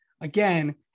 Again